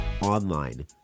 online